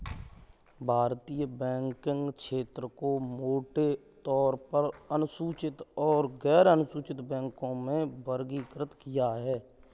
भारतीय बैंकिंग क्षेत्र को मोटे तौर पर अनुसूचित और गैरअनुसूचित बैंकों में वर्गीकृत किया है